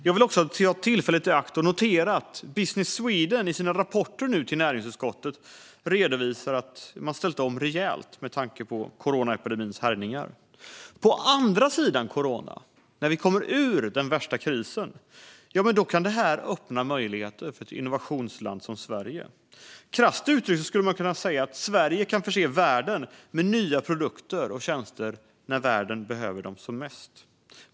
Jag noterar också att Business Sweden i sina rapporter till näringsutskottet har redovisat att man har ställt om rejält med tanke på coronapandemins härjningar. På andra sidan corona, när vi kommit ur den värsta krisen, kan det öppnas möjligheter för ett innovationsland som Sverige. Krasst uttryckt kan man säga att Sverige kan förse världen med nya produkter och tjänster när världen behöver dem som mest.